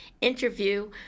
interview